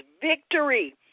victory